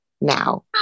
now